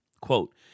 Quote